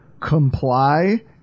comply